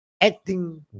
acting